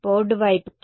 board వైపుకి